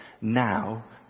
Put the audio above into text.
now